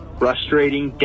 frustrating